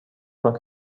from